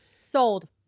Sold